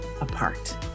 apart